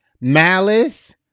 Malice